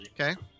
Okay